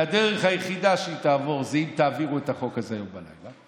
והדרך היחידה שהוא יעבור זה אם תעבירו את החוק הזה היום בלילה,